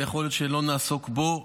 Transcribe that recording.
ויכול להיות שלא נעסוק בו,